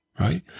right